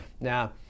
Now